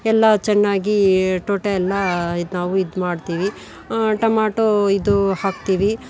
ಎಲ್ಲ ಚೆನ್ನಾಗಿ ತೋಟ ಎಲ್ಲ ನಾವು ಇದು ಮಾಡ್ತೀವಿ ಟೊಮಾಟೋ ಇದು ಹಾಕ್ತೀವಿ